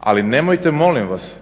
Ali nemojte molim vas